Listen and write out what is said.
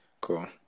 cool